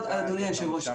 אדוני היושב-ראש,